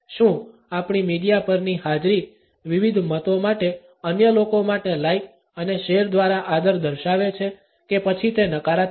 શું આપણી મીડિયા પરની હાજરી વિવિધ મતો માટે અન્ય લોકો માટે લાઈક અને શેર દ્વારા આદર દર્શાવે છે કે પછી તે નકારાત્મક છે